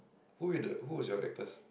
who are the who was your actors